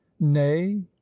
nay